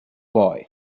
boy